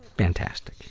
fantastic.